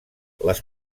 les